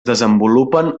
desenvolupen